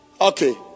Okay